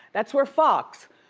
that's where fox,